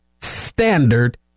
Standard